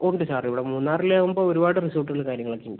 ഉണ്ട് സാർ ഇവിടെ മൂന്നാറിൽ ആവുമ്പോൾ ഒരുപാട് റിസോർട്ടുകൾ കാര്യങ്ങളൊക്കെ ഉണ്ട്